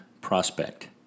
Prospect